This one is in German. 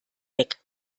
weg